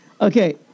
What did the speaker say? Okay